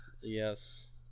Yes